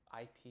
IP